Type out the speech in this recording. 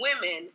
women